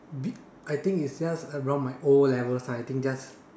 be I think it's just around my O levels time I think just